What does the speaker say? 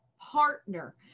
partner